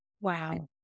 Wow